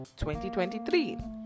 2023